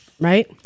right